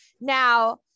now